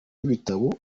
w’ibitabo